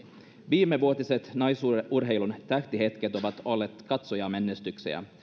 viimevuotiset naisurheilun tähtihetket ovat olleet katsojamenestyksiä